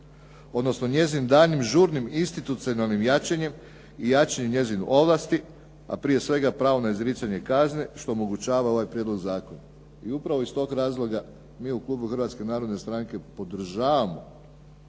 odnosno njezinim daljnjim žurnim institucionalnim jačanjem i jačanjem njezine ovlasti a prije svega pravo na izricanje kazni što omogućava ovaj prijedlog zakona. I upravo iz tog razloga mi u klubu Hrvatske Narodne Stranke podržavamo